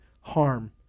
harm